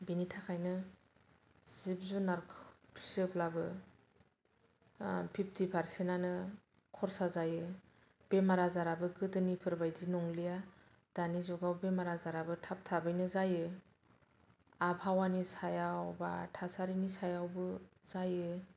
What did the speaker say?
बिनि थाखायनो जिब जुनार फिसियोब्लाबो फिफ्टि पारसेन्टआनो खरसा जायो बेमार आजाराबो गोदोनिफोर बायदि नंलिया दानि जुगाव बेमार आजाराबो थाब थाबैनो जायो आबहावानि सायाव बा थासारिनि सायावबो जायो